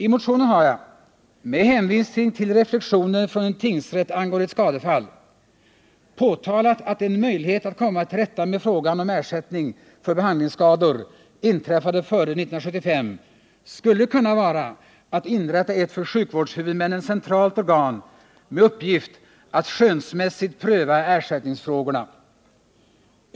I motionen har jag — med hänvisning till reflexioner från en tingsrätt angående ett skadefall — påtalat att en möjlighet att komma till rätta med frågan om ersättning för behandlingsskador som inträffat före 1975 skulle kunna vara att inrätta ett för sjukvårdshuvudmännen centralt organ med uppgift att skönsmässigt pröva ersättningsfrågorna.